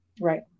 Right